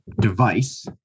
device